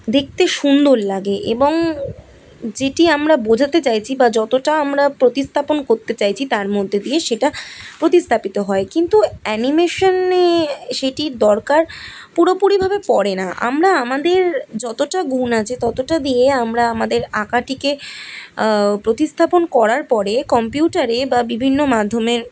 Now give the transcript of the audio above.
দেখতে সুন্দর লাগে এবং যেটি আমরা বোঝাতে চাইছি বা যতটা আমরা প্রতিস্থাপন করতে চাইছি তার মধ্যে দিয়ে সেটা প্রতিস্থাপিত হয় কিন্তু অ্যানিমেশনে সেটির দরকার পুরোপুরিভাবে পড়ে না আমরা আমাদের যতটা গুণ আছে ততটা দিয়ে আমরা আমাদের আঁকাটিকে প্রতিস্থাপন করার পরে কম্পিউটারে বা বিভিন্ন মাধ্যমে